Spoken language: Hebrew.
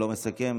לא מסכם.